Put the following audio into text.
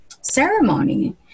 ceremony